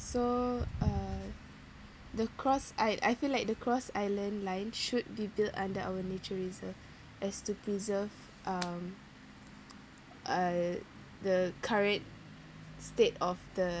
so uh the cross I I feel like the cross island line should be built under our nature reserve as to preserve um uh the current state of the